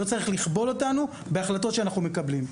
לא צריך לכבול אותנו בהחלטות שאנחנו מקבלים.